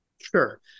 Sure